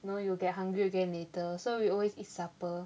you know you'll get hungry again later so we always eat supper